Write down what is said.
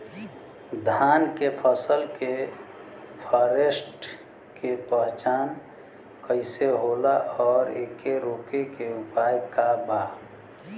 धान के फसल के फारेस्ट के पहचान कइसे होला और एके रोके के उपाय का बा?